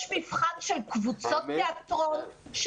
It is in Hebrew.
יש מבחן של קבוצות תיאטרון,